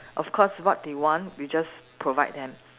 of course what they want we just provide them